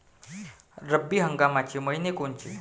रब्बी हंगामाचे मइने कोनचे?